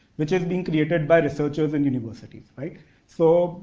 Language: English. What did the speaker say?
which has been created by researchers and universities. like so,